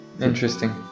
Interesting